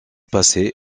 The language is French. passé